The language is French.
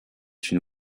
une